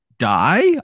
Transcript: Die